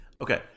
Okay